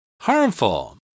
Harmful